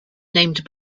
named